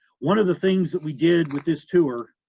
one of the things that we did with this tour,